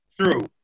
True